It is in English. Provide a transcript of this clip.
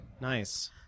Nice